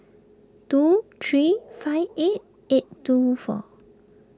two three five eight eight two four